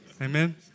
Amen